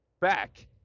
back